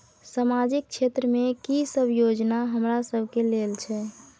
सामाजिक क्षेत्र में की सब योजना हमरा सब के लेल छै?